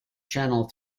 channel